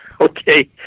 Okay